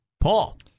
Paul